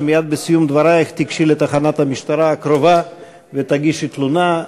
שמייד בסיום דברייך תיגשי לתחנת המשטרה הקרובה ותגישי תלונה,